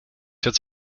jetzt